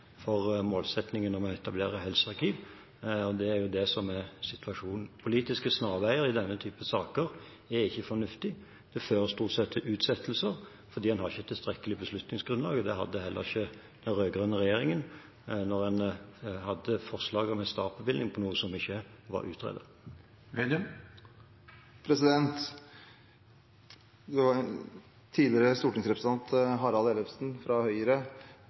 for målsettingen om å etablere et helsearkiv. Det er jo det som er situasjonen. Politiske snarveier i denne typen saker er ikke fornuftig. Det fører stort sett til utsettelser fordi en ikke har tilstrekkelig beslutningsgrunnlag. Det hadde heller ikke den rød-grønne regjeringen da en hadde forslag om en startbevilgning til noe som ikke var utredet. Tidligere stortingsrepresentant Harald Ellefsen fra Høyre